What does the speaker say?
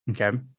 Okay